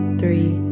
three